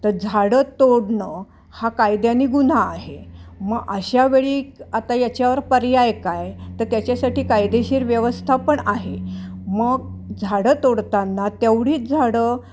तर झाडं तोडणं हा कायद्याने गुन्हा आहे मग अशावेळी आता याच्यावर पर्याय काय तर त्याच्यासाठी कायदेशीर व्यवस्था पण आहे मग झाडं तोडताना तेवढीच झाडं